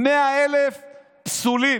ל-100,000 פסולים.